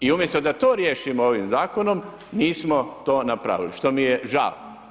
I umjesto da to riješimo ovim zakonom, nismo to napravili, što mi je žao.